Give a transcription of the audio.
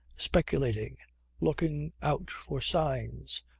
speculating looking out for signs,